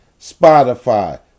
Spotify